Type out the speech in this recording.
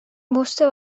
wusste